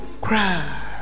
cry